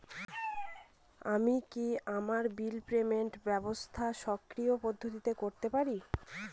আমি কি আমার বিল পেমেন্টের ব্যবস্থা স্বকীয় পদ্ধতিতে করতে পারি?